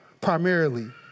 primarily